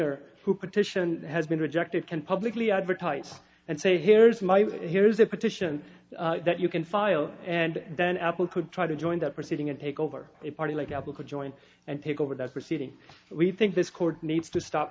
or who petition has been rejected can publicly advertise and say here's my here's a petition that you can file and then apple could try to join the proceeding and take over a party like apple could join and take over that proceeding we think this court needs to stop